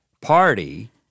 Party